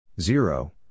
Zero